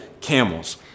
camels